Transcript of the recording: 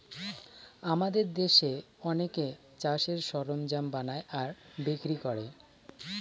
আমাদের দেশে অনেকে চাষের সরঞ্জাম বানায় আর বিক্রি করে